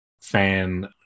fan